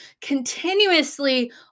continuously